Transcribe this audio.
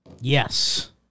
Yes